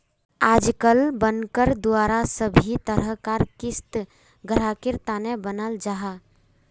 आजकल बनकर द्वारा सभी तरह कार क़िस्त ग्राहकेर तने बनाल जाहा